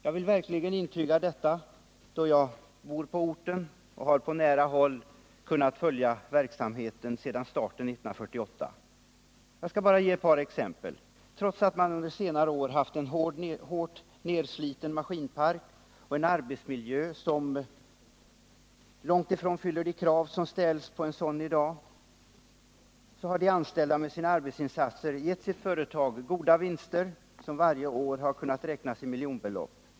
Jag vill verkligen intyga detta, då jag bor på orten och på nära håll kunnat följa verksamheten sedan starten 1948. Jag skall bara ge några exempel: Trots att man under senare år haft en hårt nedsliten maskinpark och en arbetsmiljö som långt ifrån fyller de krav som ställs på en sådan i dag har de anställda med sina arbetsinsatser gett sitt företag goda vinster som varje år kunnat räknas i miljonbelopp.